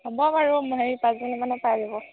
হ'ব বাৰু হেৰি পাছবেলা মানে পাই যাব